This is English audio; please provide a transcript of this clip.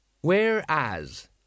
Whereas